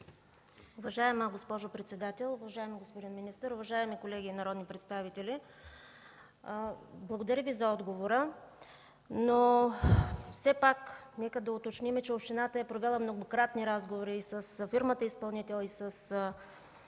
Уважаема госпожо председател, уважаеми господин министър, уважаеми колеги народни представители! Благодаря за отговора, но все пак нека уточним, че общината е провела многократни разговори с фирмата-изпълнител с